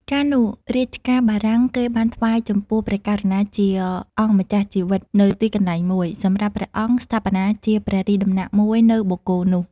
កាលនោះ រាជការបារាំង គេបានថ្វាយចំពោះព្រះករុណាជាអម្ចាស់ជីវិត នូវទីកន្លែងមួយ សម្រាប់ព្រះអង្គស្ថាបនាជាព្រះរាជដំណាក់មួយនៅបូកគោនោះ ។